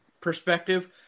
perspective